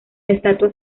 estatua